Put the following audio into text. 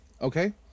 Okay